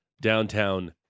downtown